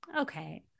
Okay